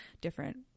different